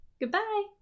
goodbye